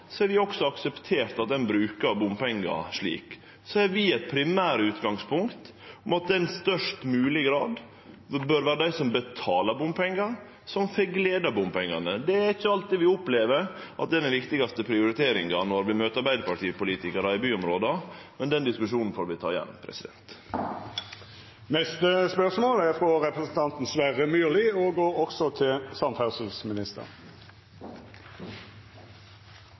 vi også akseptert at ein brukar bompengar slik. Så har vi eit primærutgangspunkt, som er at det i størst mogleg grad bør vere dei som betalar bompengar, som får glede av bompengane. Det er ikkje alltid vi opplever at det er den viktigaste prioriteringa når vi møter Arbeidarparti-politikarar i byområda – men den diskusjonen får vi igjen ta. Det hadde vært fristende å kommentere forrige spørsmål og samferdselsministerens noe tilfeldige forhold til